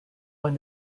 when